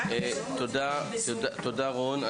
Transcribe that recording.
תודה רבה רון.